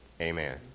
Amen